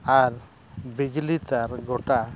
ᱟᱨ ᱵᱤᱡᱽᱞᱤ ᱛᱟᱨ ᱜᱚᱴᱟ